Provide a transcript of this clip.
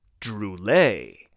Droulet